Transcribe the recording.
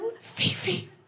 Fifi